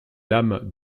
lames